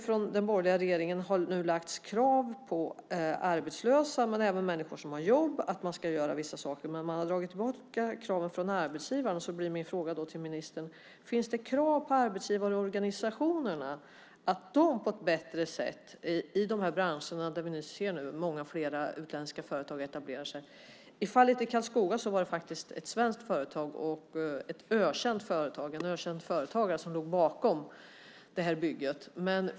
Från den borgerliga regeringen har det lagts krav på att arbetslösa, men även människor med jobb, ska göra vissa saker. Men man har dragit tillbaka kraven på arbetsgivarna. Finns det krav på arbetsgivarorganisationerna i de branscher där vi nu ser att många fler utländska företag etablerar sig? I fallet i Karlskoga var det faktiskt ett svenskt företag och en ökänd företagare som låg bakom bygget.